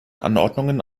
anordnungen